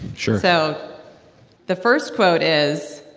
sure so the first quote is,